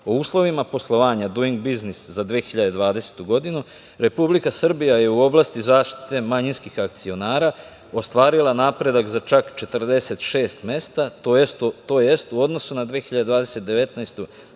o uslovima poslovanja Duing biznis za 2020. godinu Republike Srbije je u oblasti zaštite manjinskih akcionara ostvarila napredak za čak 76 mesta, to jest u odnosu na 2019. godinu